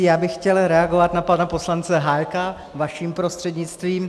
Já bych chtěl reagovat na pana poslance Hájka vaším prostřednictvím.